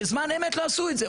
בזמן אמת לא עשו את זה,